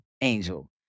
Angel